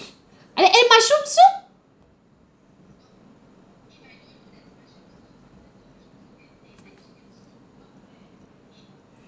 and then eh mushroom soup